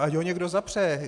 Ať ho někdo zapře.